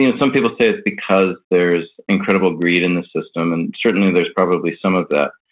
you know some people say it's because there is incredible greed in the system, and certainly there's probably some of that.